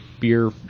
beer